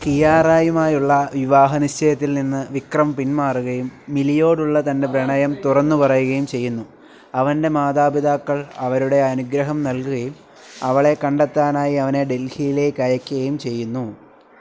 കിയാറയുമായുള്ള വിവാഹ നിശ്ചയത്തിൽ നിന്ന് വിക്രം പിന്മാറുകയും മിലിയോടുള്ള തന്റെ പ്രണയം തുറന്നു പറയുകയും ചെയ്യുന്നു അവന്റെ മാതാപിതാക്കൾ അവരുടെ അനുഗ്രഹം നൽകുകയും അവളെ കണ്ടെത്താനായി അവനെ ഡൽഹിയിലേക്കയയ്ക്കുകയും ചെയ്യുന്നു